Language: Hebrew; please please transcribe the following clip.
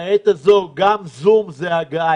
בעת הזו גם זום זה הגעה,